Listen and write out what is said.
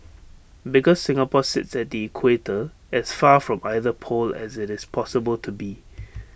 because Singapore sits at the equator as far from either pole as IT is possible to be